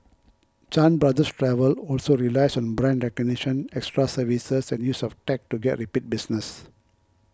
Chan Brothers Travel also relies on brand recognition extra services and use of tech to get repeat business